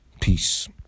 peace